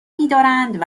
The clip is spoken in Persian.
میدارند